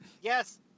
yes